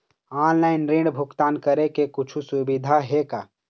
Online ऋण भुगतान करे के कुछू सुविधा हे का?